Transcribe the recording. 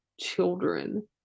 children